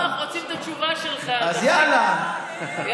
לא,